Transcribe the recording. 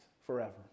forever